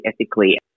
ethically